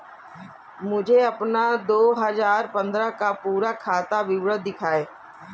मुझे अपना दो हजार पन्द्रह का पूरा खाता विवरण दिखाएँ?